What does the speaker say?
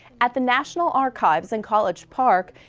at the national archives in college park,